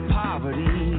poverty